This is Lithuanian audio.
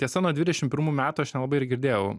tiesa nuo dvidešim pirmų metų aš nelabai ir girdėjau